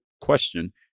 question